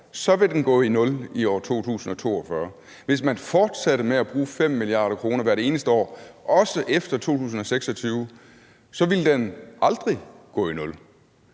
så vil den gå i nul i år 2042. Hvis man fortsatte med at bruge 5 mia. kr. hvert eneste år, også efter 2026, så ville den aldrig gå i nul.